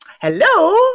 Hello